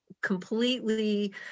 completely